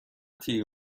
تیر